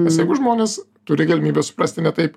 nes jeigu žmonės turi galimybę suprasti ne taip